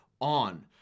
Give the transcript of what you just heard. on